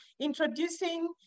introducing